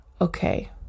okay